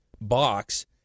box